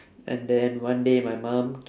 and then one day my mum